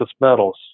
metals